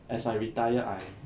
as I retire I